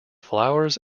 flowers